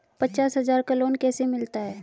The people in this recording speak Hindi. पचास हज़ार का लोन कैसे मिलता है?